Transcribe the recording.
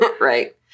Right